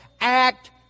act